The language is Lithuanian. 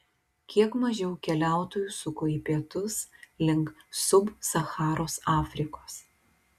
kiek mažiau keliautojų suko į pietus link sub sacharos afrikos